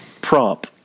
prop